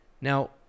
Now